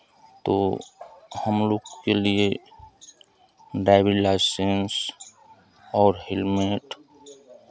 तो हमलोग के लिए ड्राइविंग लाइसेंस और हेलमेट